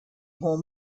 more